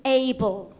able